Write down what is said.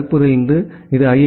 காரக்பூரிலிருந்து இது ஐ